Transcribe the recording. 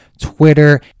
Twitter